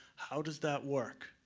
how does that work?